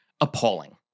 Appalling